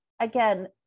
again